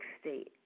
state